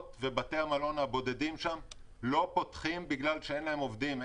ובתי המלון הבודדים שם לא פותחים בגלל שאין להם עובדים.